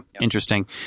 Interesting